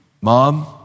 Mom